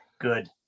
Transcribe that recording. good